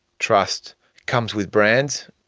trust comes with brands.